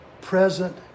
present